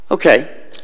Okay